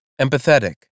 empathetic